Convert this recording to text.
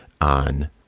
on